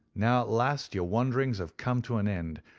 now, at last your wanderings have come to an end,